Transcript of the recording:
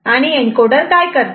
आणि एनकोडर काय करते